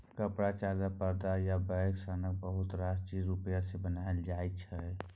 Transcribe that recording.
कपड़ा, चादर, परदा आ बैग सनक बहुत रास चीज रुइया सँ बनाएल जाइ छै